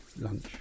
lunch